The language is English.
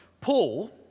Paul